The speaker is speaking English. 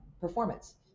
performance